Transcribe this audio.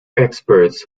experts